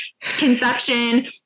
conception